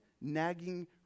nagging